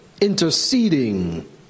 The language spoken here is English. interceding